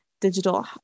digital